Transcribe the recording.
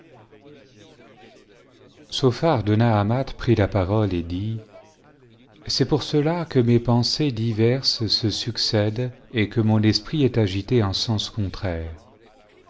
prit la parole et dit c'est pour cela que mes pensées diverses se succèdent et que mon esprit est agité en sens contraires